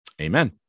Amen